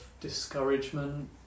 discouragement